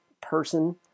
person